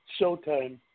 Showtime